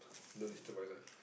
don't disturb my life